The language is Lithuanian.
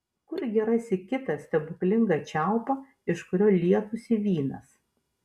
kurgi rasi kitą stebuklingą čiaupą iš kurio lietųsi vynas